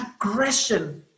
aggression